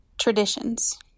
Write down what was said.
Traditions